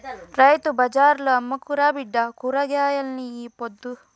రైతు బజార్ల అమ్ముకురా బిడ్డా కూరగాయల్ని ఈ పొద్దు